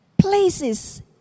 places